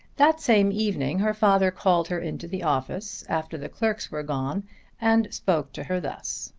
that same evening her father called her into the office after the clerks were gone and spoke to her thus.